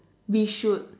we should